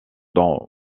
dont